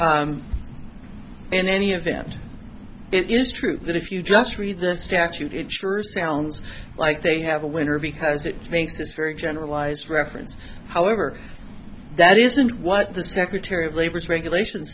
yes in any event it is true that if you just read the statute it sure sounds like they have a winner because it makes this very generalized reference however that isn't what the secretary of labor's regulations